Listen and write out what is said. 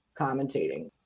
commentating